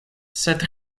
sed